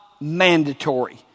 mandatory